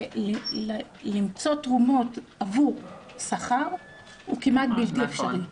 שלמצוא תרומות עבור שכר זה כמעט בלתי אפשרי.